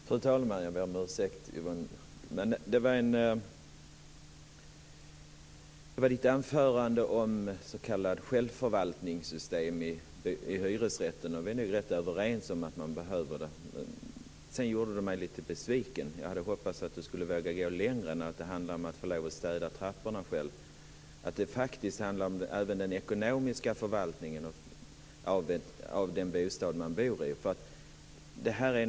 Fru talman! Yvonne Ångström höll nu ett anförande om s.k. självförvaltningssystem för hyresrätter. Vi är nu rätt överens om att man behöver det. Sedan gjorde hon mig lite besviken. Jag hade hoppats att hon skulle våga gå längre än att det handlar om att få lov att städa trapporna. Det handlar faktiskt även om den ekonomiska förvaltningen av den bostad man bor i.